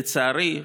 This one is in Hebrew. לצערי,